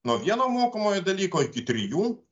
nuo vieno mokomojo dalyko iki trijų